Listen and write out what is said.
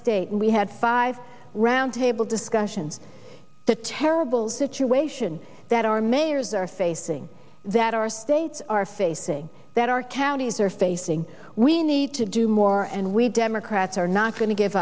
state and we had five roundtable discussion the terrible situation that our mayors are facing that are it's our facing that our counties are facing we need to do more and we democrats are not going to give